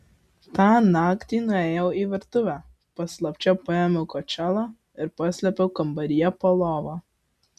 tą naktį nuėjau į virtuvę paslapčia paėmiau kočėlą ir paslėpiau kambaryje po lova